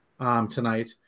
tonight